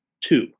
two